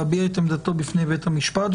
להביע את עמדתו בפני בית המשפט.